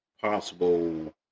possible